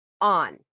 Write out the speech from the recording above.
on